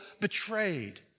betrayed